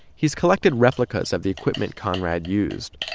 he's collected replicas of the equipment conrad used.